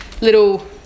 little